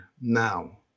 now